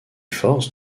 forces